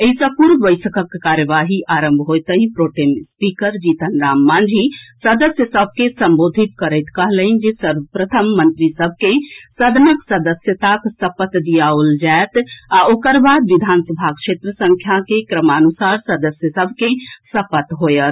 एहि सँ पूर्व बैसकक कार्यवाही आरंभ होएतहि प्रोटेम स्पीकर जीतन राम मांझी सदस्य सभ के संबोधित करैत कहलनि जे सर्वप्रथम मंत्री सभ के सदनक सदस्यताक सपत दियाओल जायत आ ओकर बाद विधानसभा क्षेत्र संख्या के क्रमानुसार सदस्य सभ के सपत होयत